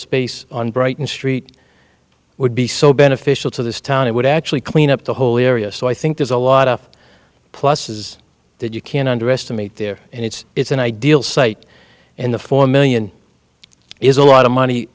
space on brighton street would be so beneficial to this town it would actually clean up the whole area so i think there's a lot of pluses that you can underestimate there and it's it's an ideal site and the four million is a lot of money